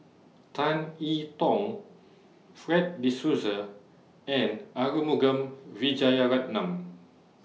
Tan I Tong Fred De Souza and Arumugam Vijiaratnam